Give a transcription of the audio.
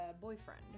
boyfriend